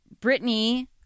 Britney